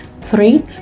Three